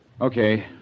Okay